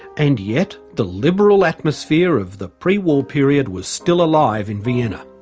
and yet, the liberal atmosphere of the pre-war period was still alive in vienna.